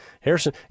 harrison